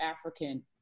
african